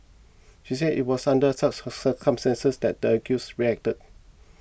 she said it was under such circumstances that the accused reacted